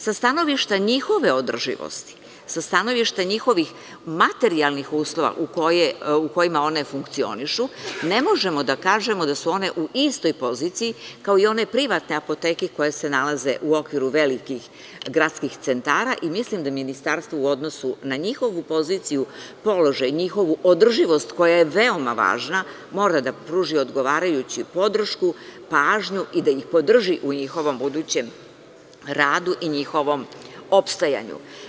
Sa stanovišta njihove održivosti, sa stanovišta njihovih materijalnih uslova u kojima one funkcionišu, ne možemo da kažemo da su one u istoj poziciji kao i one privatne apoteke koje se nalaze u okviru velikih gradskih centara i mislim da ministarstvo u odnosu na njihovu poziciju, položaj, njihovu održivost, koja je veoma važna, mora da pruži odgovarajuću podršku, pažnju i da ih podrži u njihovom budućem radu i njihovom opstajanju.